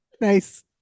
Nice